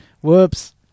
Whoops